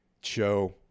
show